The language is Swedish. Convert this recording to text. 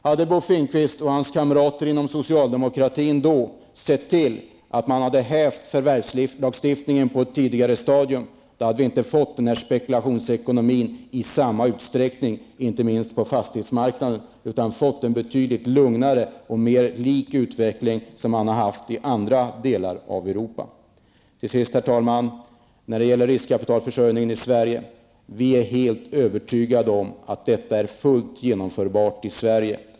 Hade Bo Finnkvist och hans kamrater inom socialdemokratin sett till att upphäva förvärvslagstiftningen på ett tidigare stadium, hade vi inte i samma utsträckning fått en spekulationsekonomi, inte minst på fastighetsmarknaden, utan fått en betydligt lugnare utveckling mera lik den som man har haft i andra delar av Europa. Till sist, herr talman: När det gäller riskkapitalförsörjningen är vi helt överens om att det vi föreslår är helt genomförbart i Sverige.